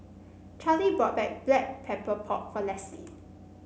Charley bought Black Pepper Pork for Lessie